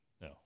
No